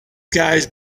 guys